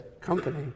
company